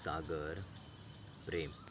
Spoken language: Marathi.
सागर प्रेम